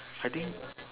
I think